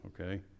Okay